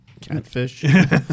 Catfish